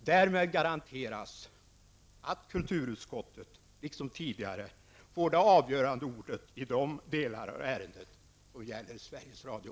Därmed garanteras att kulturutskottet, liksom tidigare, får det avgörande ordet i de delar av ärendet som gäller Sveriges Radio.